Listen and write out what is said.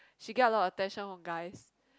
she get a lot of attention from guys